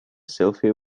selfie